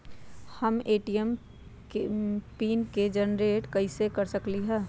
हम ए.टी.एम के PIN generate कईसे कर सकली ह?